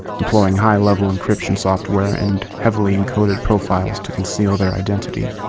employing high level encryption software and heavily encoded profiles to conceal their identities.